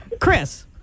Chris